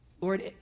Lord